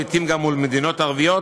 לעתים גם מול מדינות ערביות.